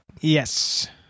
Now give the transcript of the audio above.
yes